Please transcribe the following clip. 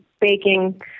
baking